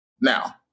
Now